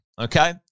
okay